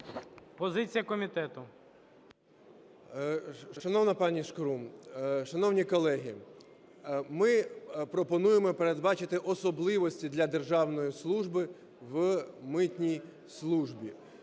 ГЕТМАНЦЕВ Д.О. Шановна пані Шкрум, шановні колеги, ми пропонуємо передбачити особливості для державної служби в митній службі.